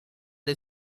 dai